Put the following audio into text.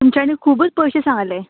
तुमच्यानी खुबूच पयशे सांगले